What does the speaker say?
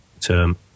term